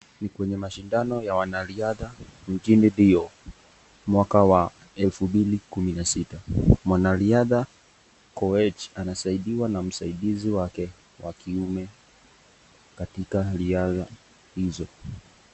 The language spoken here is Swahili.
Ni kwenye mashindano ya wanariadha nchini Rio mwaka wa 2016. Mwanariadha Koech anasaidiwa na msaidizi wake wa kiume katika riadha hizo.